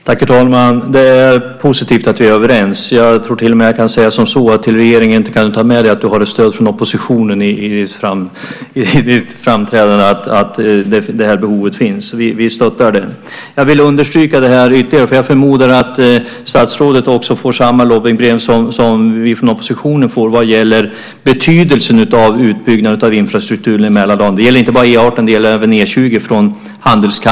Herr talman! Det är positivt att vi är överens. Jag tror till och med att jag kan säga att du till regeringen kan ta med dig att du har ett stöd från oppositionen när du framför att det här behovet finns. Vi stöttar det. Jag vill understryka detta ytterligare, för jag förmodar att statsrådet får samma lobbyingbrev från handelskammaren som vi från oppositionen får vad gäller betydelsen av utbyggnaden av infrastrukturen i Mälardalen. Det gäller inte bara E 18 utan även E 20.